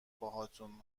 باهاتون